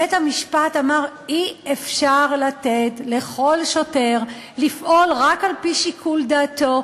בית-המשפט אמר: אי-אפשר לתת לכל שוטר לפעול רק על-פי שיקול דעתו,